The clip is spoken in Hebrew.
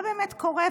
מה באמת קורה?